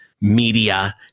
media